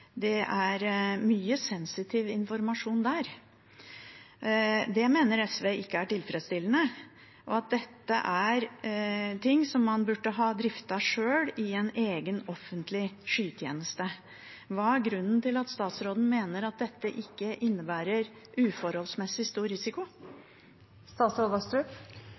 dette er ting man burde ha driftet sjøl i en egen offentlig skytjeneste. Hva er grunnen til at statsråden mener at dette ikke innebærer uforholdsmessig stor risiko?